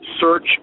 search